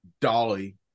Dolly